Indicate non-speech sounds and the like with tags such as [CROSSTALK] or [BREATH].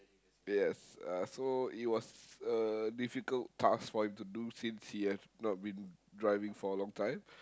yes uh so it was a difficult task for him to do since he have not been driving for a long time [BREATH]